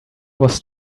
was